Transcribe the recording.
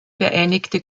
vereinigte